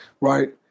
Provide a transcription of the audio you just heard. right